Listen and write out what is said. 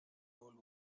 old